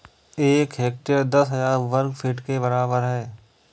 एक हेक्टेयर दस हजार वर्ग मीटर के बराबर है